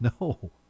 No